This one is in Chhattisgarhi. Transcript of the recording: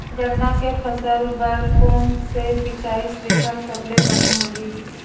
गन्ना के फसल बर कोन से सिचाई सुविधा सबले बने होही?